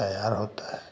तैयार होता है